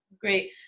Great